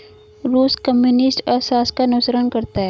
रूस कम्युनिस्ट अर्थशास्त्र का अनुसरण करता है